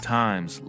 times